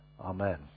Amen